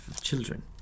children